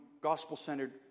gospel-centered